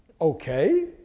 Okay